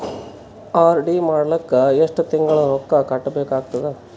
RD ಮಾಡಲಿಕ್ಕ ಎಷ್ಟು ತಿಂಗಳ ರೊಕ್ಕ ಕಟ್ಟಬೇಕಾಗತದ?